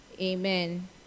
Amen